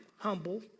humble